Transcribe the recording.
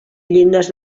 llindes